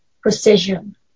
Precision